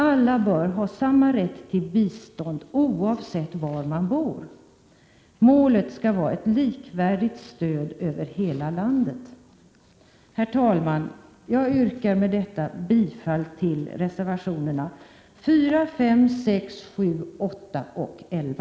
Alla bör ha samma rätt till bistånd — oavsett var man bor. Målet skall vara ett likvärdigt stöd över hela landet. Herr talman! Jag yrkar bifall till reservationerna 4, 5, 6, 7, 8 och 11.